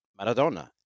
Maradona